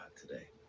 today